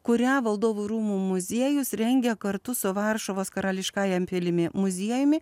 kurią valdovų rūmų muziejus rengia kartu su varšuvos karališkąja pilimi muziejumi